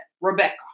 Rebecca